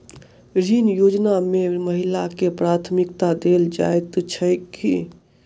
ऋण योजना मे महिलाकेँ प्राथमिकता देल जाइत छैक की?